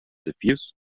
diffuse